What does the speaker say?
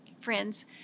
Friends